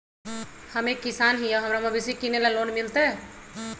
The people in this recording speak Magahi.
हम एक किसान हिए हमरा मवेसी किनैले लोन मिलतै?